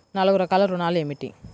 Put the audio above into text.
నాలుగు రకాల ఋణాలు ఏమిటీ?